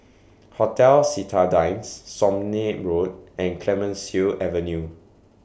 Hotel Citadines Somme Road and Clemenceau Avenue